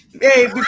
Hey